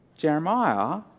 Jeremiah